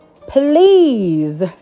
please